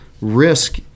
risk